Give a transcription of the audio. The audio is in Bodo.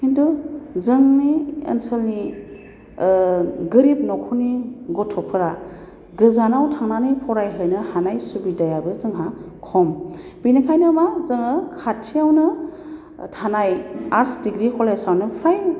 खिन्थु जोंनि ओनसोलनि गोरिब नखरनि गथ'फोरा गोजानाव थांनानै फरायहैनो हानाय सुबिदायाबो जोंहा खम बेनिखाइनो मा जोङो खाथियावनो थानाय आर्टस डिग्रि कलेजावनो फ्राय